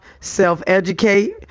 self-educate